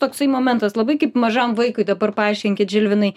toksai momentas labai kaip mažam vaikui dabar paaiškinkit žilvinai